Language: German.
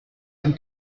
ein